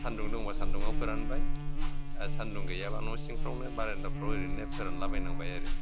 सान्दुं दुंबा सान्दुङाव फोरानबाय आरो सान्दुं गैयाबा न' सिंफ्रावनो बारान्दाफ्राव ओरैनो फोरानलाबायनांबाय आरो